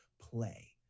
Play